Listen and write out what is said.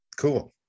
Cool